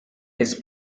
his